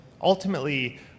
ultimately